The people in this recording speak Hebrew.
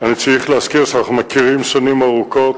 אני צריך להזכיר שאנחנו מכירים שנים ארוכות,